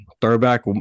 Throwback